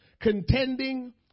Contending